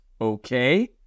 okay